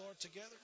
together